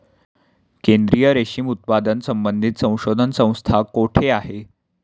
केंद्रीय रेशीम उत्पादन संबंधित संशोधन संस्था कोठे आहे?